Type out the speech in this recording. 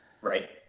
right